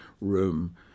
room